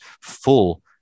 full